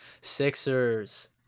Sixers